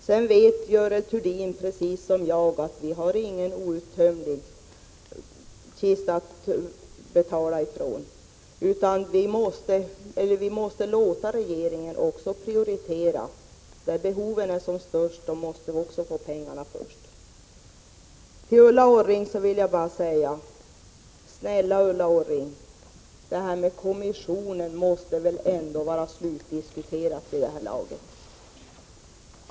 Görel Thurdin vet också precis som jag att vi inte har någon outtömlig kassakista att betala från, utan vi måste låta regeringen prioritera. Vi måste låta pengarna gå först till de områden där behoven är störst. Till Ulla Orring vill jag bara säga: Snälla Ulla Orring! Detta med kommissionen måste väl ändå vara slutdiskuterat vid det här laget!